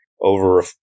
over